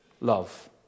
love